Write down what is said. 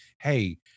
hey